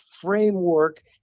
framework